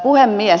puhemies